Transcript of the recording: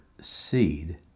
seed